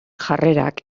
jarrerak